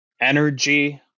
energy